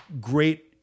great